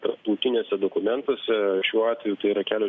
tarptautiniuose dokumentuose šiuo atveju tai yra kelio